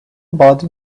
body